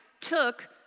took